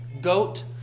goat